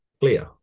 clear